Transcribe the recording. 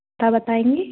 पता बताऍंगी